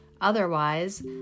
Otherwise